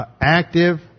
active